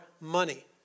money